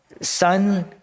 son-